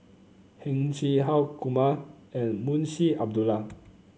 Heng Chee How Kumar and Munshi Abdullah